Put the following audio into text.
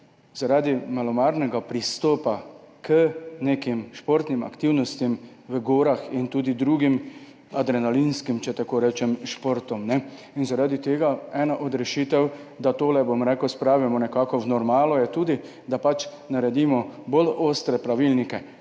zaradi malomarnega pristopa k nekim športnim aktivnostim v gorah in tudi drugim adrenalinskim športom in zaradi tega je ena od rešitev, da to spravimo nekako v normalo, tudi ta, da pač naredimo bolj ostre pravilnike